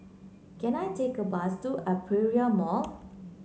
can I take a bus to Aperia Mall